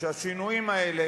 שהשינויים האלה,